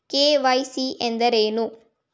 KYC ಎಂದರೇನು?